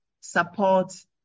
support